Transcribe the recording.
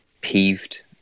peeved